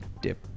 dip